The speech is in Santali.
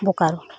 ᱵᱚᱠᱟᱨᱳ